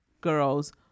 girls